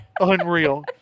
Unreal